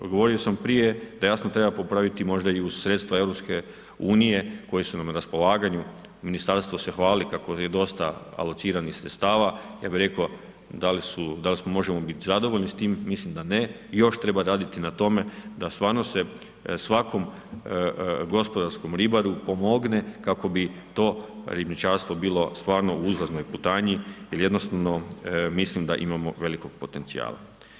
Odgovorio sam prije da jasno treba popraviti možda i uz sredstva EU koje su nam na raspolaganju, ministarstvo se hvali kako je dosta alociranih sredstava, ja bih rekao da li su, da li možemo biti zadovoljni s time, mislim da ne i još treba raditi na tome da stvarno se svakom gospodarskom ribaru pomogne kako bi to ribničarstvo bilo stvarno u uzlaznoj putanji jer jednostavno mislim da imamo velikog potencijala.